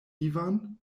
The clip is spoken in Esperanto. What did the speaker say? ivan